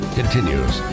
continues